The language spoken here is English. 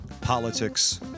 politics